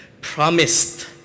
promised